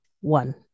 one